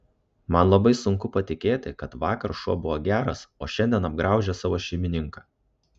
man labai sunku patikėti kad vakar šuo buvo geras o šiandien apgraužė savo šeimininką